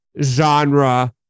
genre